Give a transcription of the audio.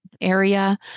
area